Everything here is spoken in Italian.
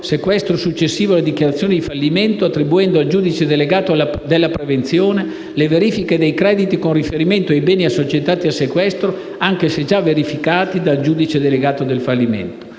(sequestro successivo alla dichiarazione di fallimento) attribuendo al giudice delegato della prevenzione le verifiche dei crediti con riferimento ai beni assoggettati a sequestro, anche se già verificati dal giudice delegato al fallimento.